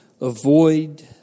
avoid